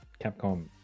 Capcom